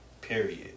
period